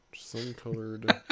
Sun-colored